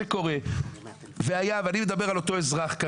אני מדבר על אותו אזרח.